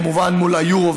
כמובן מול היורו,